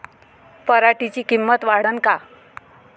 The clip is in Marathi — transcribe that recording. पराटीची किंमत वाढन का?